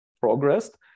progressed